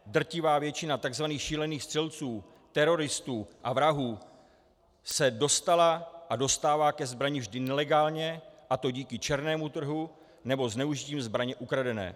Drtivá většina tzv. šílených střelců, teroristů a vrahů se dostala a dostává ke zbrani vždy nelegálně, a to díky černému trhu, anebo zneužitím zbraně ukradené.